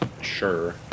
sure